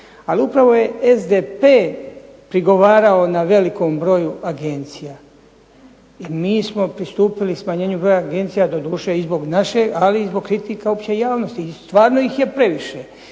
Ali upravo je SDP prigovarao na velikom broju agencija i mi smo pristupili smanjenju broja agencija, doduše i zbog naše, ali i zbog kritika opće javnosti i stvarno ih je previše.